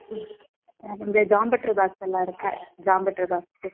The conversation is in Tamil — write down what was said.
ம் வேறு இந்த ஜாமெட்ரி பாக்ஸ்ஸெல்லாம் இருக்கா ஜாமெட்ரி பாக்ஸ்ஸு